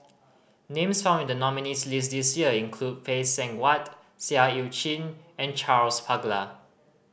names found in the nominees' list this year include Phay Seng Whatt Seah Eu Chin and Charles Paglar